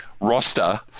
roster